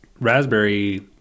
raspberry